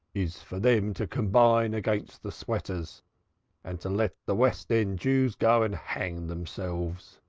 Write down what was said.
is for them to combine against the sweaters and to let the west-end jews go and hang themselves.